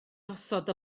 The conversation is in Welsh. osod